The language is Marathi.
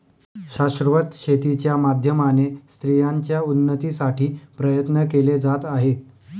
शाश्वत शेती च्या माध्यमाने स्त्रियांच्या उन्नतीसाठी प्रयत्न केले जात आहे